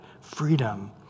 freedom